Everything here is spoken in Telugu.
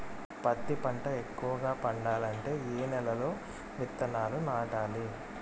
పత్తి పంట ఎక్కువగా పండాలంటే ఏ నెల లో విత్తనాలు నాటాలి?